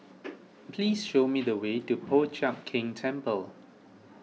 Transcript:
please show me the way to Po Chiak Keng Temple